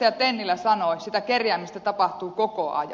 tennilä sanoi sitä kerjäämistä tapahtuu koko ajan